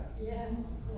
Yes